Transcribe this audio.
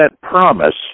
promise